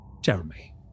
Jeremy